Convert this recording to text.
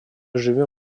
живем